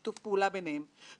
אתמול שאלתי אותך אם הייתה לך